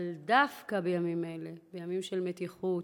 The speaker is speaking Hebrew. דווקא בימים אלה, בימים של מתיחות,